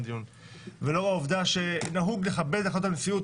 ולאור העובדה שנהוג לכבד את החלטת הנשיאות